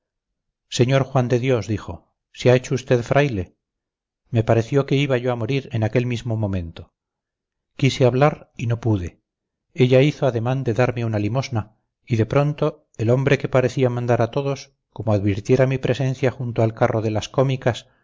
sr juan de dios dijo se ha hecho usted fraile me pareció que iba yo a morir en aquel mismo momento quise hablar y no pude ella hizo ademán de darme una limosna y de pronto el hombre que parecía mandar a todos como advirtiera mi presencia junto al carro de las cómicas